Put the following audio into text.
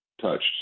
touched